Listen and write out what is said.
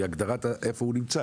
היא הגדרת איפה הוא נמצא,